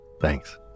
Thanks